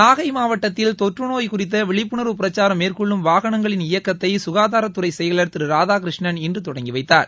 நாகை மாவட்டத்தில் தொற்று நோய் குறித்த விழிப்புணர்வு பிரச்சாரம் மேற்கொள்ளும் வாகனங்களின் இயக்கத்தை சுகாதாரத்துறை செயலர் திரு ராதாகிருஷ்ணன் இன்று தொடங்கி வைத்தார்